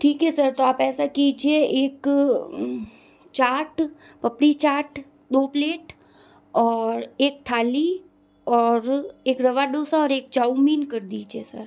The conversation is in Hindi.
ठीक है सर तो आप ऐसा कीजिए एक चाट पपड़ी चाट दो प्लेट और एक थाली और एक रवा दोसा और एक चाऊमीन कर दीजिए सर